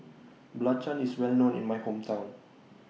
Belacan IS Well known in My Hometown